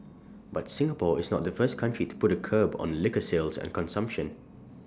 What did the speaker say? but Singapore is not the first country to put A curb on liquor sales and consumption